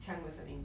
枪的声音